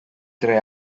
tre